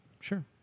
Sure